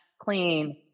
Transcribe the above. clean